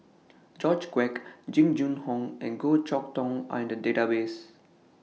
George Quek Jing Jun Hong and Goh Chok Tong Are in The Database